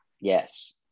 yes